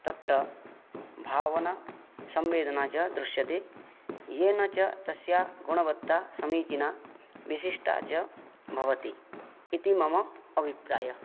तत्र भावना संवेदना च दृश्यते येन च तस्याः गुणवत्ता समीचीना विशिष्टा च भवति इति मम अभिप्रायः